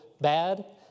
bad